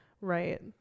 right